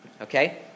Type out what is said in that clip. okay